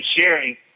sharing